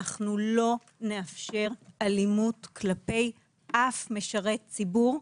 אנחנו לא נאפשר אלימות כלפי אף משרת ציבור,